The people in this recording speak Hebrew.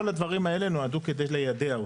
כל הדברים האלה נועדו כדי ליידע אותו.